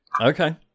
okay